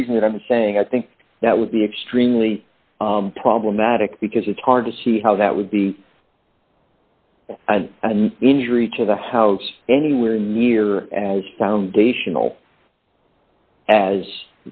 the reason that i'm saying i think that would be extremely problematic because it's hard to see how that would be an injury to the house anywhere near as foundational as